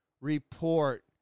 report